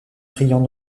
priant